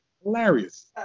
Hilarious